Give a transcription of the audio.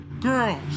girls